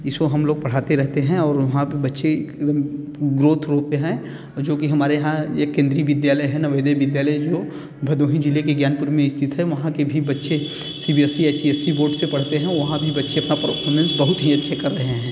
इसको हम लोग पढ़ाते रहते हैं और वहाँ पर बच्चे ग्रोथ रूप में है जो कि हमारे यहाँ एक केन्द्रीय विद्यालय है ना नवोदय विद्यालय है जो भदोही ज़िले के ज्ञानपुर में स्थित है वहाँ के भी बच्चे C B S C S C S C board से पढ़ते हैं वहाँ भी बच्चे अपना पर्फौमेंस बहुत ही अच्छे कर रहे हैं